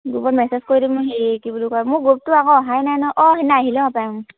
গ্ৰুপত মেছেজ কৰি দিম সেই কি বুলি কয় মোৰ গ্ৰুপটো আকৌ অহাই নাই ন অ' সেইদিনা আহিলে